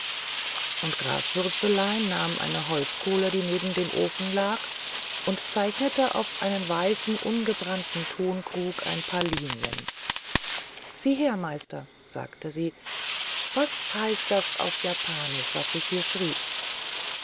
und graswürzelein nahm eine holzkohle die neben dem ofen lag und zeichnete auf einen weißen ungebrannten tonkrug ein paar linien sieh her meister sagte sie was heißt das auf japanisch was ich hier schrieb